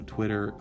Twitter